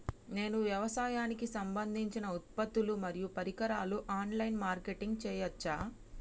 నేను వ్యవసాయానికి సంబంధించిన ఉత్పత్తులు మరియు పరికరాలు ఆన్ లైన్ మార్కెటింగ్ చేయచ్చా?